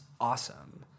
awesome